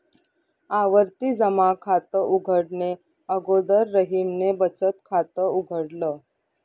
आवर्ती जमा खात उघडणे अगोदर रहीमने बचत खात उघडल